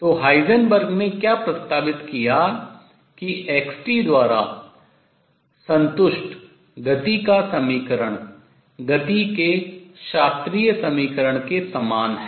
तो हाइजेनबर्ग ने क्या प्रस्तावित किया कि x द्वारा संतुष्ट गति का समीकरण गति के शास्त्रीय समीकरण के समान है